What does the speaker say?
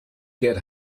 get